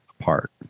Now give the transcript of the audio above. apart